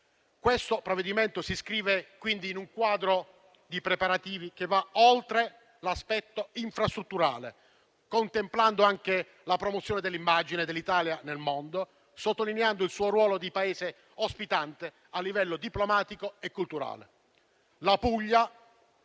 Questo provvedimento si iscrive in un quadro di preparativi che va oltre l'aspetto infrastrutturale, contemplando anche la promozione dell'immagine dell'Italia nel mondo, sottolineando il suo ruolo di Paese ospitante a livello diplomatico e culturale.